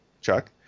Chuck